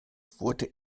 wurde